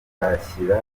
tuzashyira